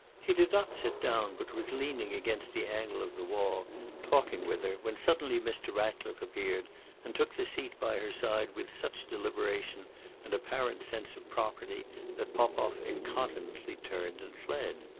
he did not sit down, but was leaning against the angle of the wall talking with her, when suddenly mr. ratcliffe appeared and took the seat by her side with such deliberation and apparent sense of property that popoff incontinently turned and fled.